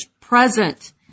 present